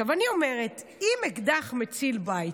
עכשיו אני אומרת, אם אקדח מציל בית,